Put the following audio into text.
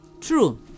True